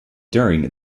during